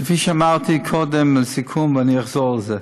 כפי שאמרתי קודם לסיכום, ואני אחזור על זה,